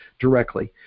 directly